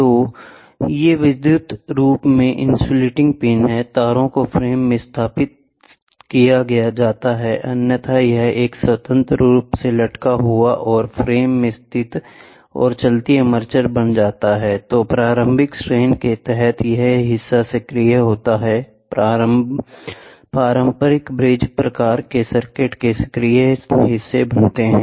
तो ये विद्युत रूप से इंसुलेटिंग पिन हैं तारों को फ्रेम में स्थित किया जाता है अन्यथा यह एक स्वतंत्र रूप से लटका हुआ और फ़्रेम में स्थित और चलती आर्मेचर बन जाता है जो प्रारंभिक स्ट्रेन के तहत यह हिस्सा सक्रिय होता हैं पारंपरिक ब्रिज प्रकार के सर्किट के सक्रिय हिस्सा बनाते हैं